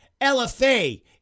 LFA